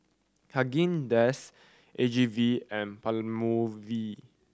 Haagen Dazs A G V and Palmolive